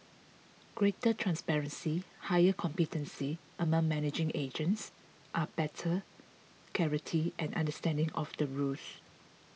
greater transparency higher competency among managing agents are better clarity and understanding of the rules